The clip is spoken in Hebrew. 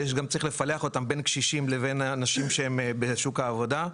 וצריך לפלח אותם בין קשישים לבין האנשים שהם בשוק העבודה,